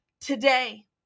today